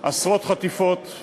עשרות חטיפות,